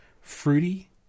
fruity